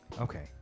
Okay